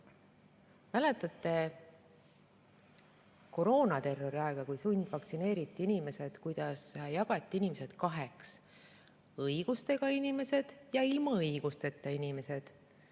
Mäletate koroonaterrori aega, kui inimesi sundvaktsineeriti, kuidas jagati inimesed kaheks: õigustega inimesed ja ilma õigusteta inimesed?